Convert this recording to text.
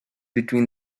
between